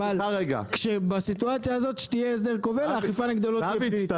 אבל בסיטואציה הזאת שיהיה הסדר כובל האכיפה נגדו לא תהיה פלילית.